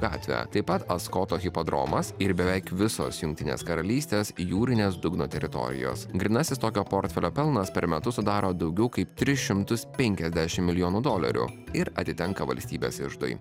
gatvę taip pat skoto hipodromas ir beveik visos jungtinės karalystės jūrinės dugno teritorijos grynasis tokio portfelio pelnas per metus sudaro daugiau kaip tris šimtus penkiasdešim milijonų dolerių ir atitenka valstybės iždui